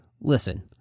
listen